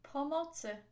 Pomocy